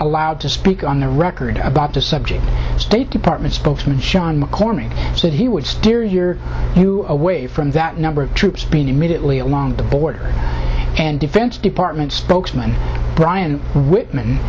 allowed to speak on the record about the subject state department spokesman sean mccormack said he would steer your you away from that number of troops being immediately along the border and defense department spokesman brian whitman